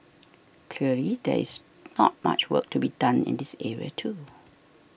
clearly there is not much work to be done in this area too